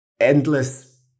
endless